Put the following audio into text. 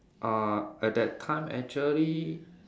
uh at that time actually